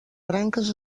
branques